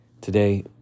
Today